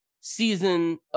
Season